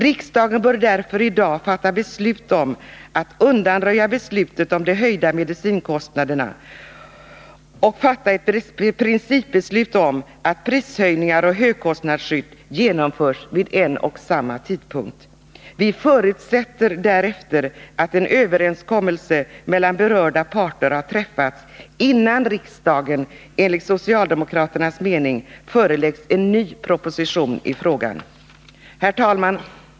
Riksdagen bör därför i dag fatta beslut om att undanröja beslutet om de höjda medicinkostnaderna och fatta ett principbeslut om att prishöjningar och högkostnadsskydd genomförs vid en och samma tidpunkt. Vi förutsätter att en överenskommelse mellan berörda parter har träffats innan riksdagen i enlighet med socialdemokraternas uppfattning föreläggs en ny proposition i frågan. Herr talman!